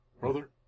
brother